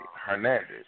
Hernandez